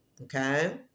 Okay